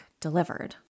delivered